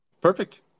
Perfect